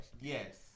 Yes